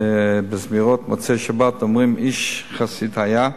בזמירות מוצאי-שבת אומרים: איש חסיד היה,